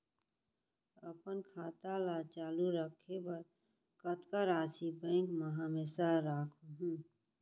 अपन खाता ल चालू रखे बर कतका राशि बैंक म हमेशा राखहूँ?